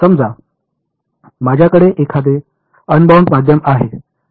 समजा माझ्याकडे एखादे अनबाउंड माध्यम आहे